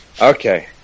Okay